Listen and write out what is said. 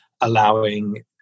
allowing